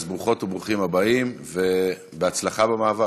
אז ברוכות וברוכים הבאים, ובהצלחה במאבק.